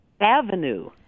Avenue